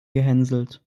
gehänselt